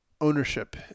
ownership